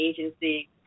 agency